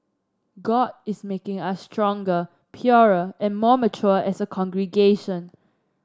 god is making us stronger purer and more mature as a congregation